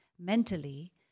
mentally